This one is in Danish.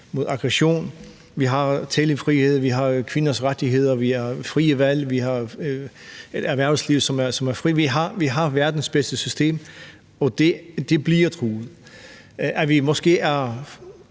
mod aggression: Vi har talefrihed, vi har kvinders rettigheder, vi har frie valg, vi har et erhvervsliv, som er frit. Vi har verdens bedste system, og det bliver truet. At vi måske har